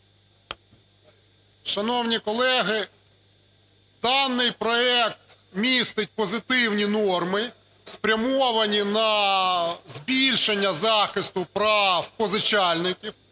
Шановні колеги, даний проект містить позитивні норми, спрямовані на збільшення захисту прав позичальників.